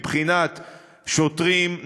מבחינת שוטרים,